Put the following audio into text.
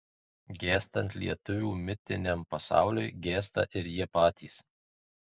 gęstant lietuvių mitiniam pasauliui gęsta ir jie patys